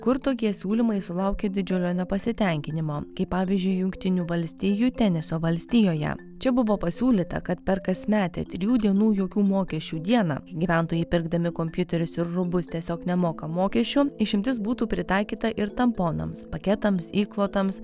kur tokie siūlymai sulaukė didžiulio nepasitenkinimo kai pavyzdžiui jungtinių valstijų tenesio valstijoje čia buvo pasiūlyta kad per kasmetę trijų dienų jokių mokesčių dieną gyventojai pirkdami kompiuterius ir rūbus tiesiog nemoka mokesčių išimtis būtų pritaikyta ir tamponams paketams įklotams